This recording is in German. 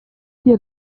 hier